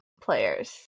players